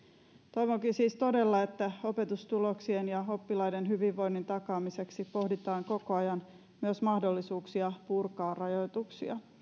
toivonkin siis todella että opetustuloksien ja oppilaiden hyvinvoinnin takaamiseksi pohditaan koko ajan myös mahdollisuuksia purkaa rajoituksia